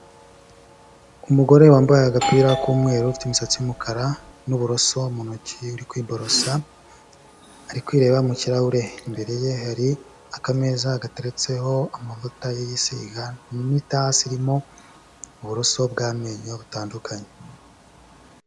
Umugore wambaye agapira k'umweru, ufite imisatsi y'umukara, n'uburoso mu ntoki uri kwiborosa, ari kwireba mu kirahure, imbere ye hari akameza gateretseho amavuta ye yisiga, n'itasi irimo uburoso bw'amenyo butandukanye,